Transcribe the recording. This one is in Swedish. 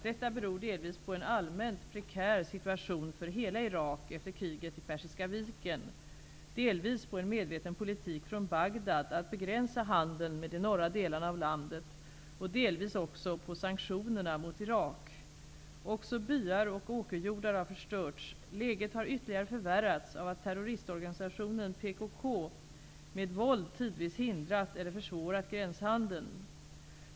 Detta beror delvis på en allmänt prekär situation för hela Irak efter kriget i Persiska viken, delvis på en medveten politik från Bagdad att begränsa handeln med de norra delarna av landet och delvis också på sanktionerna mot Irak. Också byar och åkerjordar har förstörts. Läget har ytterligare förvärrats av att terroristorganisationen PKK med våld tidvis hindrat eller försvårat gränshandeln.